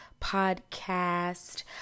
podcast